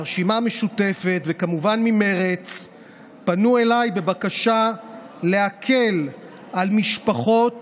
הרשימה המשותפת וכמובן ממרצ פנו אליי בבקשה להקל על משפחות